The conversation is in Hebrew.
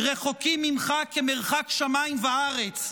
רחוקים ממך כמרחק שמיים וארץ,